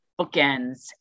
bookends